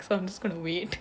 so I'm just gonna wait